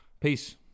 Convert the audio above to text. Peace